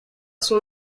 son